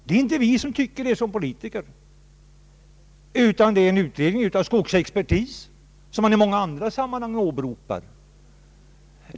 Det är inte vi såsom politiker som tycker så, utan det är en utredning av skogsexpertis, som man i många andra sammanhang åberopar.